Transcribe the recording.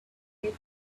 left